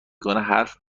کنه، حرف